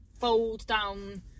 fold-down